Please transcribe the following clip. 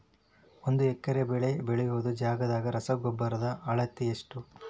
ಒಂದ್ ಎಕರೆ ಬೆಳೆ ಬೆಳಿಯೋ ಜಗದಾಗ ರಸಗೊಬ್ಬರದ ಅಳತಿ ಎಷ್ಟು?